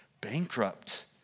bankrupt